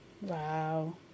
Wow